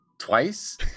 twice